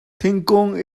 thingkung